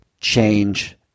change